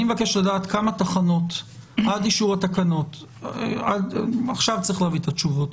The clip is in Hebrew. אני מבקש לדעת כמה תחנות בדיקה עכשיו צריך להביא את התשובות,